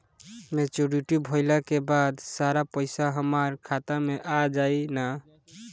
Maturity भईला के बाद सारा पईसा हमार खाता मे आ जाई न?